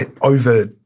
over